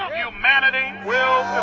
humanity will